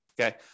Okay